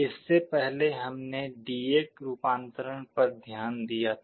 इससे पहले हमने डी ए रूपांतरण पर ध्यान दिया था